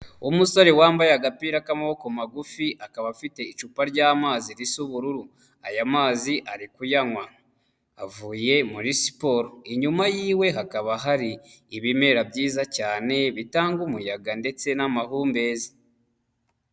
Umusore wambaye agapira k'amaboko magufi, akaba afite icupa ry'amazi risa ubururu, aya mazi ari kuyanywa, avuye muri siporo. Inyuma yiwe hakaba hari ibimera byiza cyane, bitanga umuyaga ndetse n'amahumbezi.